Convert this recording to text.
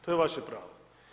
To je vaše pravo.